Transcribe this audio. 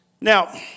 Now